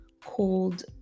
Called